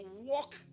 walk